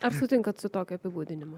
ar sutinkat su tokiu apibūdinimu